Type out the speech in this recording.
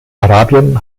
arabien